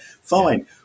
fine